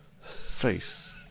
Face